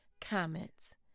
comments